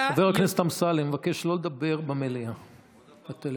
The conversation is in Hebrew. חבר הכנסת אמסלם, אני מבקש לא לדבר במליאה בטלפון.